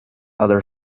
other